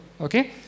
okay